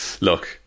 look